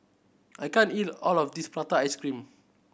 I can't eat all of this prata ice cream